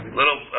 little